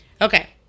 Okay